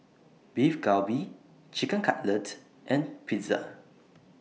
Beef Galbi Chicken Cutlet and Pizza